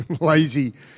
lazy